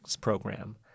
program